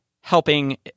helping